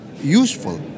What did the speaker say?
useful